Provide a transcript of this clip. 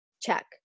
check